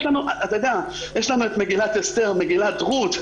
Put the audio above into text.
יש לנו את מגילת אסתר ואת מגילת רות,